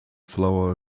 flower